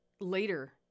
later